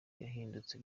yahindutse